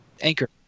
Anchor